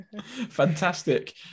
fantastic